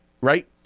right